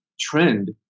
trend